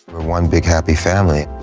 we're one big, happy family.